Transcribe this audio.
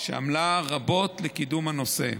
שעמלה רבות לקידום הנושא.